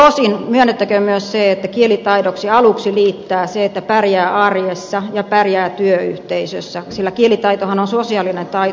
tosin myönnettäköön myös se että kielitaidoksi riittää aluksi se että pärjää arjessa ja pärjää työyhteisössä sillä kielitaitohan on sosiaalinen taito